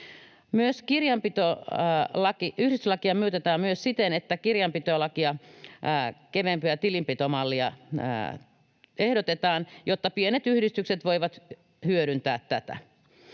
tavalla. Yhdistyslakia muutetaan myös siten, että kirjanpitolakia keveämpää tilinpitomallia ehdotetaan, jotta pienet yhdistykset voivat hyödyntää tätä.